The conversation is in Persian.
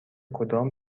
کدام